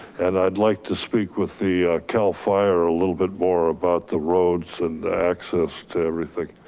and i'd like to speak with the cal fire a little bit more about the roads and access to everything.